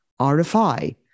RFI